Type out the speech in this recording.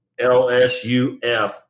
LSUF